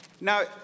Now